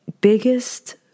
biggest